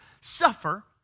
suffer